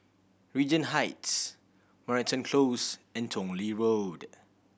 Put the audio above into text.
Regent Heights Moreton Close and Tong Lee Road